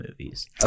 movies